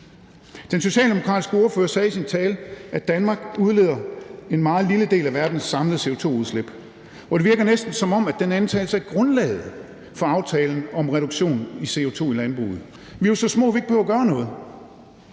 Den socialdemokratiske ordfører sagde i sin tale, at Danmark udleder en meget lille del af verdens samlede CO2-udslip, og det virker næsten, som om den antagelse er grundlaget for aftalen om reduktion af CO2 i landbruget. Vi er jo så små, at vi ikke behøver at gøre noget.